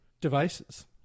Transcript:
devices